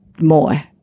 more